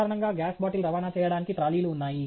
సాధారణంగా gas bottle రవాణా చేయడానికి ట్రాలీలు ఉన్నాయి